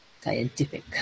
scientific